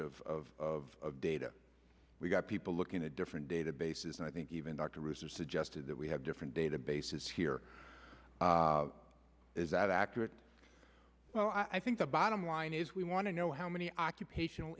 mismatch of data we've got people looking at different databases and i think even dr risser suggested that we have different databases here is that accurate so i think the bottom line is we want to know how many occupational